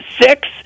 six